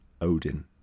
Odin